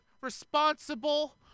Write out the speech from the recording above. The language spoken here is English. responsible